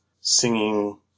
singing